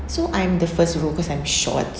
so I'm the first row cause I'm short